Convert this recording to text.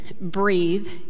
breathe